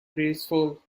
graceful